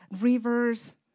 rivers